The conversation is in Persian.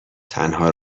تنها